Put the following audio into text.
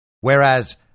whereas